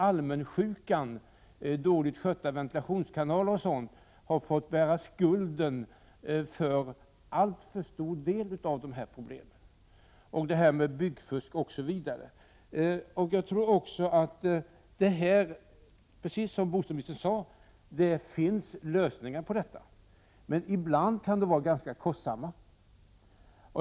Allmänsjukan, dåligt skötta ventilationskanaler osv., har kanske fått bära skulden för en alltför stor del av problemen, liksom byggfusk. Som bostadsministern sade finns det säkert lösningar, men ibland kan de vara ganska kostsamma.